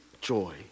joy